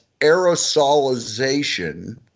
aerosolization